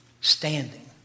standing